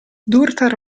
durtar